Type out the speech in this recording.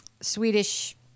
Swedish